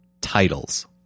titles